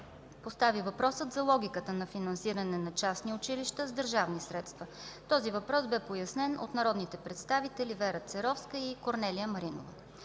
постави въпрос за логиката за финансиране на частни училища с държавни средства. Този въпрос бе пояснен от народните представители Вяра Церовска и Корнелия Маринова.